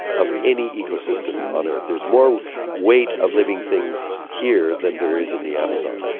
of any ecosystem on earth. there's more weight of living things here than there is in the amazon.